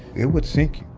it would sink